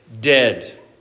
dead